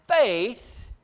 faith